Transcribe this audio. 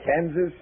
Kansas